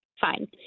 fine